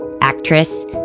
actress